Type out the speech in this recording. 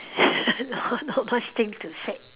not not much thing to say